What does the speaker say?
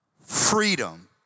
freedom